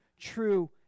true